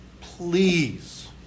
please